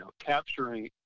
capturing